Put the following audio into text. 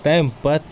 تَمہِ پتہٕ